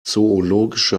zoologische